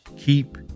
Keep